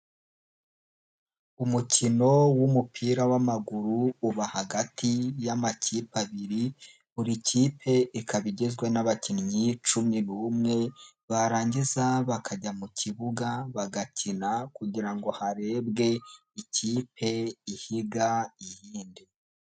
Umukino w'umupira w'maguru uba hagati y'amakipe abiri, buri kipe ikaba igizwe n'abakinnyi cumi n'umwe barangiza bakajya mu kibuga bagakina, kugira ngo harebwe ikipe ihiga iyindi.